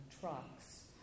trucks